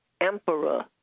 emperor